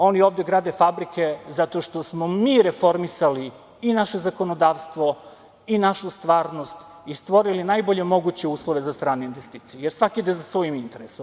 Oni ovde grade fabrike zato što smo mi reformisali i naše zakonodavstvo i našu stvarno i stvorili najbolje moguće uslove za strane investicije, jer svako ide za svojim interesom.